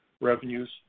revenues